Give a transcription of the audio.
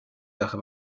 sache